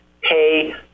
Pay